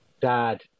dad